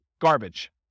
garbage